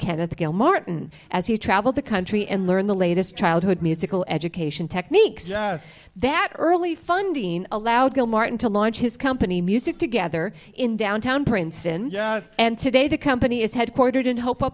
cole martin as he traveled the country and learned the latest childhood musical education techniques that early funding allowed bill martin to launch his company music together in downtown princeton and today the company is headquartered in hope